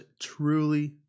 truly